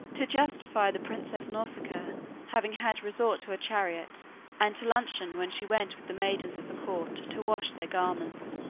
to justify the princess nausicaa having had resort to her chariot and to luncheon when she went with the maidens of the court to wash their garments.